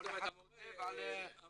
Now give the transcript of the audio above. כל אחד כותב על הוריו.